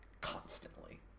constantly